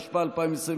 התשפ"א 2021,